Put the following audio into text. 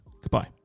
Goodbye